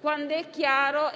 quando è chiaro